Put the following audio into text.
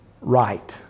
right